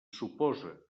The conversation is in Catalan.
suposa